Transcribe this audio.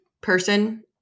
person